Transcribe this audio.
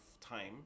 time